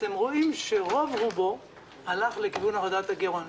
אתם רואים שרוב רובו הלך לכיוון הורדת הגירעון,